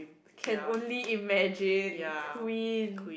I can only imagine Queen